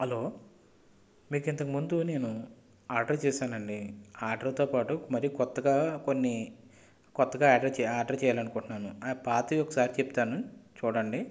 hello మీకు ఇంతక ముందు నేను ఆర్డర్ చేసానండి ఆ ఆర్డరుతో పాటు మరీ క్రొత్తగా కొన్ని క్రొత్తగా ఆర్డర్ చేయాలని అనుకుంటున్నాను పాతవి ఒకసారి చెప్తాను చూడండి